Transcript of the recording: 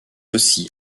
aussi